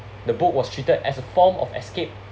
the book was treated as a form of escape